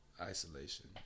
isolation